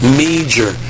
major